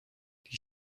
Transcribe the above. die